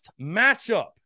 matchup